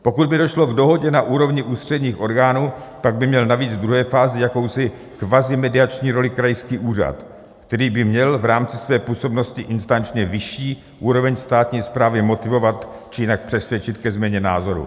Pokud by došlo k dohodě na úrovni ústředních orgánů, pak by měl navíc v druhé fázi jakousi kvazi mediační roli krajský úřad, který by měl v rámci své působnosti instančně vyšší úroveň státní správy motivovat či jinak přesvědčit ke změně názoru.